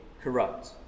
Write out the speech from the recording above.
corrupt